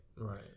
Right